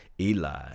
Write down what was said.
Eli